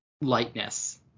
lightness